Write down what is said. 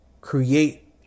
Create